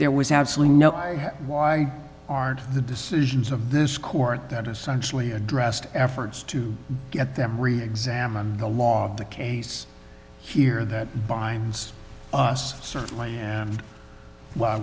there was absolutely no i why are the decisions of this court that essentially addressed efforts to get them reexamined the law the case here that binds us certainly and w